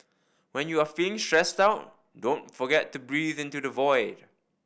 when you are feeling stressed out don't forget to breathe into the void